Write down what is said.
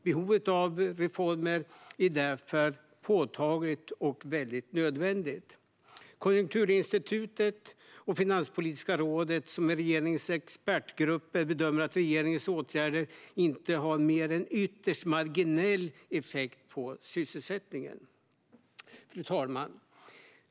Behovet av reformer är därför påtagligt och väldigt nödvändigt. Konjunkturinstitutet och Finanspolitiska rådet, som är regeringens expertgrupper, bedömer att regeringens åtgärder inte har mer än en ytterst marginell effekt på sysselsättningen. Fru talman!